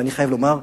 ואני חייב לומר,